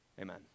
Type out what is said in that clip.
Amen